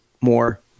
more